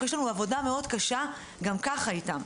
כי יש לנו עבודה מאוד קשה גם ככה איתם.